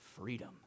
freedom